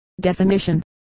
Definition